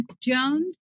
Jones